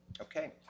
Okay